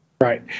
Right